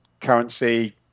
currency